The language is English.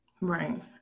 Right